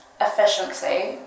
efficiency